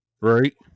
Right